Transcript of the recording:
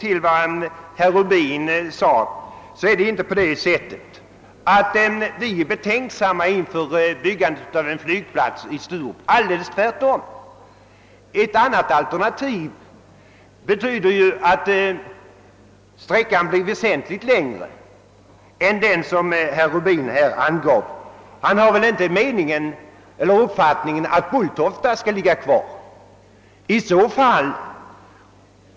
Vi har inte, såsom herr Rubin sade, betänkligheter inför byggandet av en flygplats i Sturup. Tvärtom! Ett annat alternativ betyder att sträckan blir väsentligt längre än den som herr Rubin angav. Herr Rubin har väl ändå inte den uppfattningen att Bulltofta skall ligga kvar.